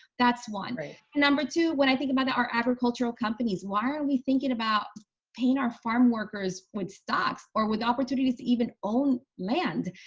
that's one right number two when i think about our agricultural companies why are we thinking about paying our farm workers with stocks or with opportunities to even own land?